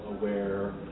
aware